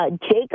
Jacob